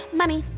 money